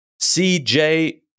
CJ